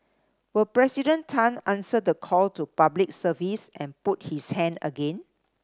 will President Tan answer the call to Public Service and put his hand again